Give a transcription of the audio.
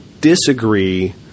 disagree